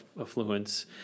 affluence